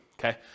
Okay